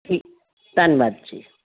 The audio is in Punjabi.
ਠੀਕ ਧੰਨਵਾਦ ਜੀ